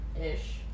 ish